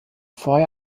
vorher